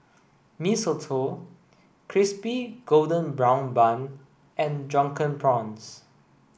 Mee Soto crispy golden brown bun and drunken prawns